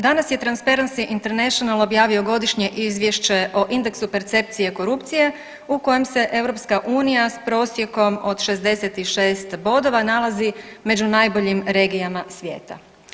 Danas je Transparency International objavio godišnje izvješće o indeksu percepcije korupcije u kojem se EU s prosjekom od 66 bodova nalazi među najboljim regijama svijeta.